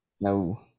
No